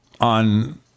on